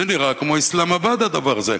זה נראה כמו איסלמבאד, הדבר הזה.